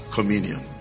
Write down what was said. Communion